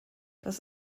das